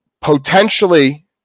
potentially